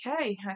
okay